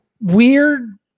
weird